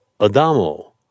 Adamo